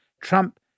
Trump